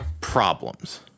problems